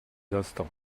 instants